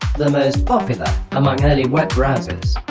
the most popular among early web browsers